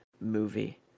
movie